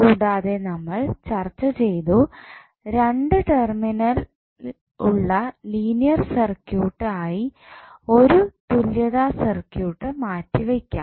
കൂടാതെ നമ്മൾ ചർച്ച ചെയ്തു രണ്ടു ടെർമിനൽ ഉള്ള ലീനിയർ സർക്യൂട്ട് ആയി ഒരു തുല്യതാ സർക്യൂട്ട് മാറ്റിവയ്ക്കാം